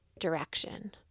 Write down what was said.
direction